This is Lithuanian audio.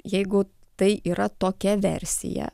jeigu tai yra tokia versija